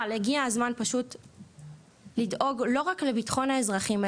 הגיע הזמן לדאוג לא רק לביטחון האזרחים,